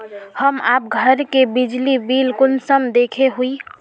हम आप घर के बिजली बिल कुंसम देखे हुई?